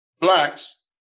blacks